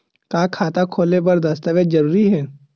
का खाता खोले बर दस्तावेज जरूरी हे?